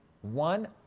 one